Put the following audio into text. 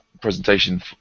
presentation